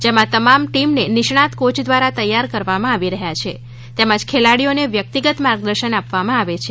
જેમાં તમામ ટીમ ને નિષ્ણાત કોચ દ્વારા તૈયાર કરવામાં આવી રહ્યા છે તેમજ ખેલાડીઓ ને વ્યક્તિગત માર્ગદર્શન આપવામાં આવે છે